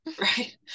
Right